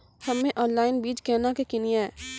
हम्मे ऑनलाइन बीज केना के किनयैय?